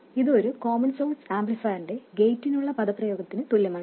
ഇത് ഒരു common source ആംപ്ലിഫയറിന്റെ ഗേറ്റിനുള്ള പദപ്രയോഗത്തിന് തുല്യമാണ്